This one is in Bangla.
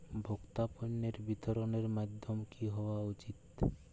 ভোক্তা পণ্যের বিতরণের মাধ্যম কী হওয়া উচিৎ?